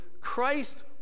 Christ